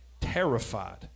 Terrified